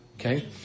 Okay